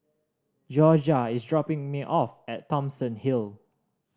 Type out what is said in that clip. Jorja is dropping me off at Thomson Hill